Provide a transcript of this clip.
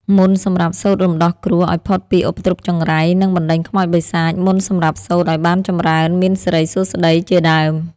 មន្តសម្រាប់សូត្ររំដោះគ្រោះ ឱ្យផុតពីឧបទ្រពចង្រៃ និងបណ្ដេញខ្មោចបិសាច មន្តសម្រាប់សូត្រឱ្យបានចម្រើន មានសិរីសួស្ដី ជាដើម។